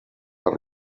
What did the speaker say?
per